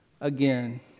again